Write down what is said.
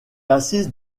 assiste